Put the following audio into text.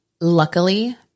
luckily